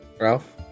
Ralph